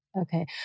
Okay